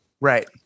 Right